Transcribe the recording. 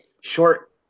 short